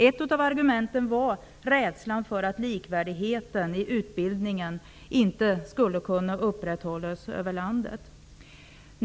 Ett av argumenten var rädslan för att likvärdigheten i utbildningen inte skulle kunna upprätthållas över hela landet.